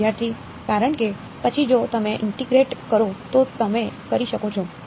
વિદ્યાર્થી કારણ કે પછી જો તમે ઇન્ટીગ્રેટ કરો તો તમે કરી શકો છો